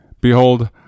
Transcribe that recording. Behold